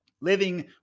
living